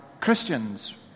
Christians